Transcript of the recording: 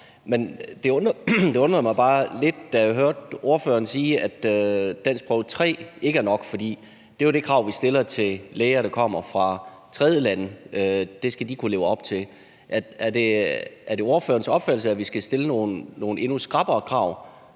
Men det undrede mig bare lidt, da jeg hørte ordføreren sige, at danskprøve 3 ikke er nok. For det er jo det krav, vi stiller til læger, der kommer fra tredjelande, og som de skal kunne leve op til. Er det ordførerens opfattelse, at vi skal stille nogle endnu skrappere krav